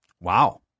wow